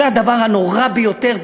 זה הדבר הנורא ביותר.